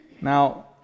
Now